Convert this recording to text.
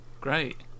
Great